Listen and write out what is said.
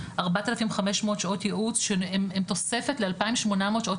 4,500 שעות ייעוץ שהם תוספת ל-2,800 שעות